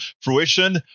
fruition